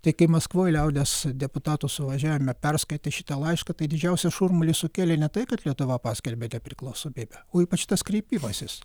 tai kai maskvoj liaudies deputatų suvažiavime perskaitė šitą laišką tai didžiausią šurmulį sukėlė ne tai kad lietuva paskelbė nepriklausomybę o ypač tas kreipimasis